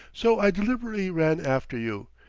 so i deliberately ran after you,